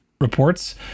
reports